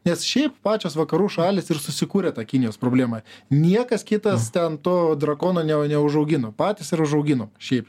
nes šiaip pačios vakarų šalys ir susikūrė tą kinijos problemą niekas kitas ten to drakono ne neužaugino patys ir užauginom šiaip